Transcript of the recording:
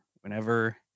whenever